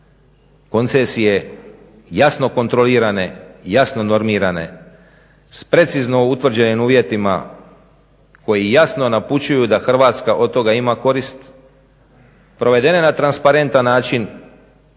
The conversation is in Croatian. koncesije jasno kontrolirane, jasno normirane, s precizno utvrđenim uvjetima koji jasno napućuju da Hrvatska od toga ima korist, provedene na transparentan način,